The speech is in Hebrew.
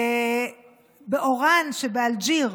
באוראן שבאלג'יר.